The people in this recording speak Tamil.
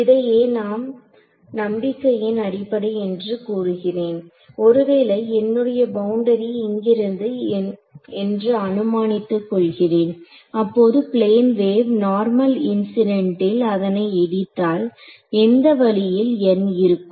இதையே நான் நம்பிக்கையின் அடிப்படை என்று கூறுகிறேன் ஒருவேளை என்னுடைய பவுண்டரி இங்கிருக்கிறது என்று அனுமானித்துக் கொள்கிறேன் அப்போது பிளேன் வேவ் நார்மல் இன்சிடென்ட்டில் அதனை இடித்தால் எந்த வழியில் இருக்கும்